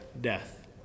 death